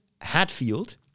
Hatfield